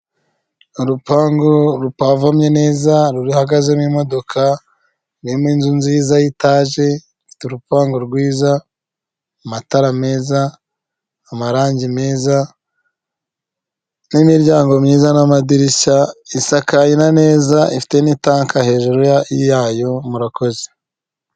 Urupangu rupavomye neza, ruhagaze mo imodoka, rurimo inzu nziza y'itaje ifite urupangu rwiza, amatara meza, amarangi meza, n'imiryango myiza n'amadirishya, isakaye neza ifite n'itanka hejuru yayo murakoze.